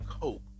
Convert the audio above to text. cope